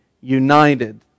united